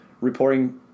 reporting